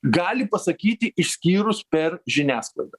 gali pasakyti išskyrus per žiniasklaidą